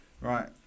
Right